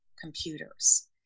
computers